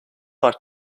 like